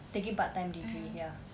taking part-time degree ya